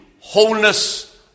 wholeness